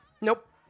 nope